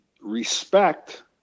respect